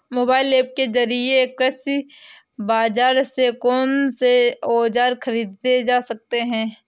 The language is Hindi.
मोबाइल ऐप के जरिए कृषि बाजार से कौन से औजार ख़रीदे जा सकते हैं?